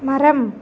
மரம்